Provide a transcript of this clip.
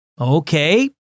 Okay